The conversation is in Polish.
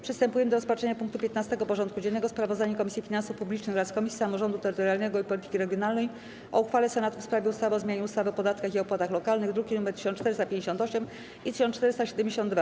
Przystępujemy do rozpatrzenia punktu 15. porządku dziennego: Sprawozdanie Komisji Finansów Publicznych oraz Komisji Samorządu Terytorialnego i Polityki Regionalnej o uchwale Senatu w sprawie ustawy o zmianie ustawy o podatkach i opłatach lokalnych (druki nr 1458 i 1472)